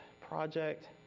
project